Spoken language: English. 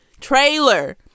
trailer